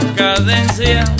cadencia